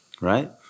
right